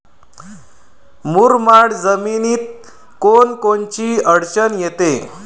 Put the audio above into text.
मुरमाड जमीनीत कोनकोनची अडचन येते?